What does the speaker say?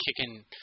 kicking